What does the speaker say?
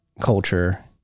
culture